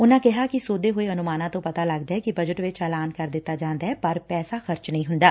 ਉਨੁਾਂ ਕਿਹਾ ਕਿ ਸੋਧੇ ਹੋਏ ਅਨੁਮਾਨਾਂ ਤੋਂ ਪਤਾ ਲੱਗਦੈ ਕਿ ਬਜੱਟ ਵਿਚ ਐਲਾਨ ਕਰ ਦਿੱਤਾ ਜਾਂਦੈ ਪਰ ਪੈਸਾ ਖਰਚ ਨਹੀਂ ਹੁੰਦਾ